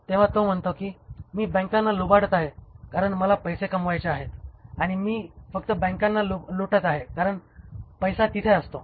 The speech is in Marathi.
तेंव्हा तो म्हणतो की मी बँकांना लुबाडत आहे कारण मला पैसे कमवायचे आहेत आणि मी फक्त बँकांना लुटत आहे कारण पैसा तिथे असतात